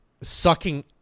sucking